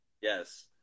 Yes